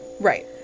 Right